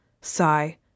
Sigh